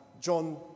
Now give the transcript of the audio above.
John